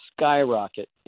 skyrocket